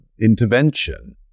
intervention